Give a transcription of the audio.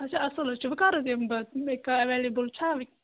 اچھا اَصٕل حظ چھِ وۄنۍ کَر حظ یِمہٕ بہٕ مےٚ کا ایویلیبُل چھا وۄنۍ